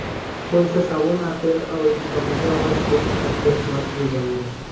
फूल से साबुन आ तेल अउर गमके वाला सेंट आ फेसवाश भी बनेला